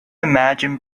imagine